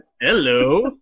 Hello